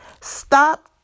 Stop